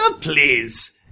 please